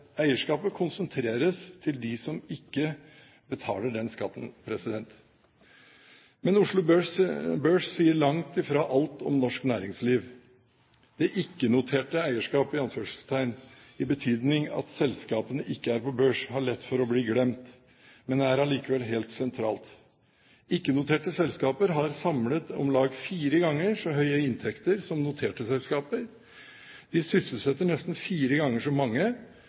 Eierskapet konsentreres til dem som ikke betaler den skatten. Men Oslo Børs sier langt ifra alt om norsk næringsliv. Det «ikke-noterte eierskap» i betydning at selskapet ikke er på børs, har lett for å bli glemt, men er allikevel helt sentralt. Ikke-noterte selskaper har samlet om lag fire ganger så høye inntekter som noterte selskaper, de sysselsetter nesten fire ganger så mange